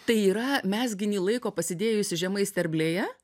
tai yra mezginį laiko pasidėjusi žemai sterblėje